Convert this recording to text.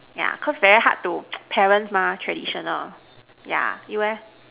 yeah cause very hard to parents mah traditional yeah you eh